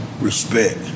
Respect